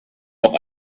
noch